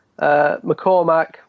McCormack